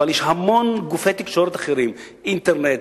אבל יש המון גופי תקשורת אחרים: אינטרנט,